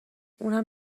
اونم